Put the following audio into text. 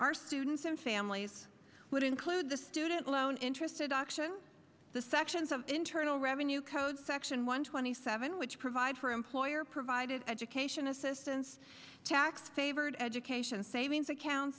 our students and families would include the student loan interest deduction the sections of internal revenue code section one twenty seven which provides for employer provided education assistance tax favored education savings account